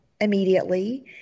immediately